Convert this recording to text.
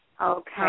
Okay